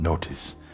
Notice